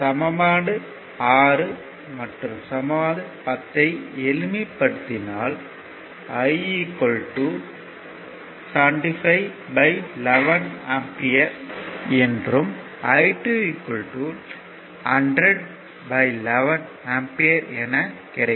சமன்பாடு 6 மற்றும் சமன்பாடு 10 ஐ எளிமைப்படுத்தினால் I 75 11 ஆம்பியர் என்றும் I2 100 11 ஆம்பியர் என கிடைக்கும்